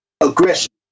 aggression